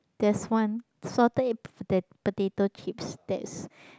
there's one salted egg potato chips that's